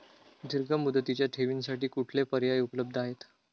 दीर्घ मुदतीच्या ठेवींसाठी कुठले पर्याय उपलब्ध आहेत?